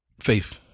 faith